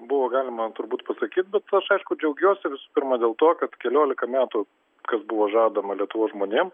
buvo galima turbūt pasakyt bet aš aišku džiaugiuosi visų pirma dėl to kad keliolika metų kas buvo žadama lietuvos žmonėm